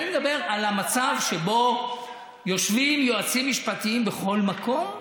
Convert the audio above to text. אני מדבר על המצב שבו יושבים יועצים משפטיים בכל מקום,